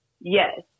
Yes